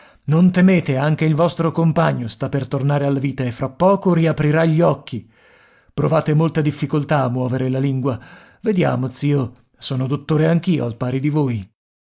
non temete anche il vostro compagno sta per tornare alla vita e fra poco riaprirà gli occhi provate molta difficoltà a muovere la lingua vediamo zio sono dottore anch'io al pari di voi